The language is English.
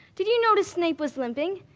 did you notice snape was limping?